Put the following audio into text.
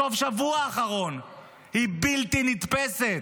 בסוף השבוע האחרון, היא בלתי נתפסת,